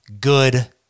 good